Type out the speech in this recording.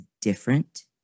different